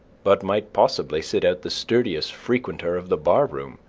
but might possibly sit out the sturdiest frequenter of the bar-room,